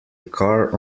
car